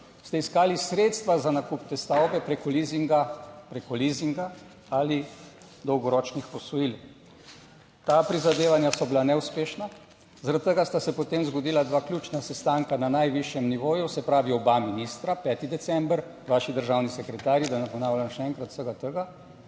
ste iskali sredstva za nakup te stavbe preko lizinga, preko lizinga ali dolgoročnih posojil. Ta prizadevanja so bila neuspešna, zaradi tega sta se potem zgodila dva ključna sestanka na najvišjem nivoju, se pravi oba ministra, 5. december, vaši državni sekretarji, da ne ponavljam še enkrat vsega tega,